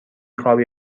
خوابی